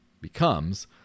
becomes